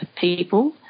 people